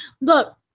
look